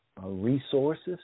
resources